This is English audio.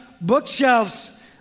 bookshelves